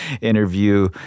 interview